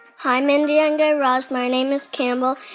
hi, mindy and guy raz. my name is campbell,